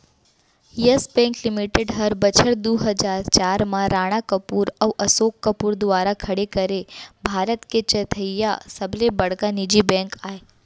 yes Bank Limited हर बछर दू हजार चार म राणा कपूर अउ असोक कपूर दुवारा खड़े करे भारत के चैथइया सबले बड़का निजी बेंक अय